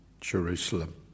Jerusalem